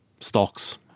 stocks